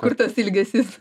kur tas ilgesys